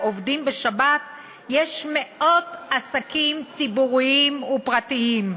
עובדים בשבת יש מאות עסקים ציבוריים ופרטיים,